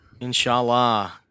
Inshallah